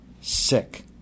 sick